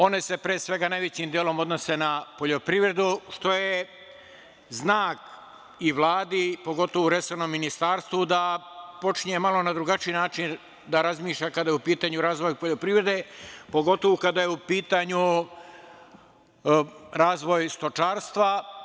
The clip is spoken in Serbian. One se najvećim delom odnose na poljoprivredu što je znak i Vladi, pogotovo resornom ministarstvu da počinje malo na drugačiji način da razmišljanja kada je u pitanju razvoj poljoprivrede, pogotovo kada je u pitanju razvoj stočarstva.